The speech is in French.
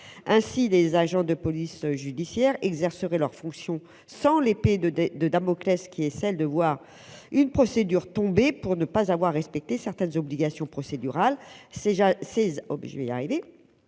Ainsi, les agents de police judiciaire exerceraient leurs fonctions sans cette épée de Damoclès : voir une procédure annulée pour ne pas avoir respecté certaines obligations procédurales.